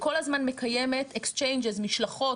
וכל הזמן מקיימת החלפת משלחות,